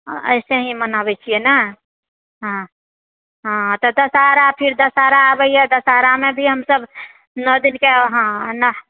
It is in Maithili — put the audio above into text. ऐसे ही मनाबए छिऐ ने हँ हँ तऽ दशहरा फिर दशहरा अबैए दशहरामे भी हमसभ नओ दिनके हँ नओ